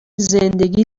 زندگی